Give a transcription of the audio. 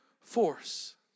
force